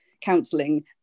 counselling